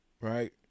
right